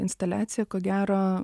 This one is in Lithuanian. instaliacija ko gero